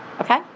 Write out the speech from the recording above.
Okay